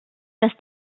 dass